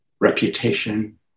reputation